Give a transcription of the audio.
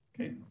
Okay